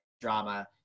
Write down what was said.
drama